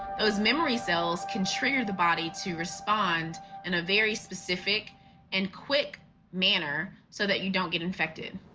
those memory cells can trigger the body to respond in a very specific and quick manner so that you don't get infected.